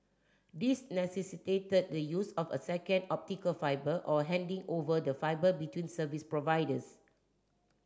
these necessitated the use of a second optical fibre or handing over the fibre between service providers